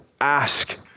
ask